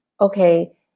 okay